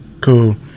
cool